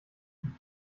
die